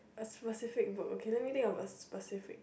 a specific book okay let me think about specific